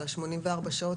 על ה-84 שעות,